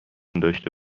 داشته